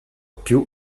più